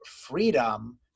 freedom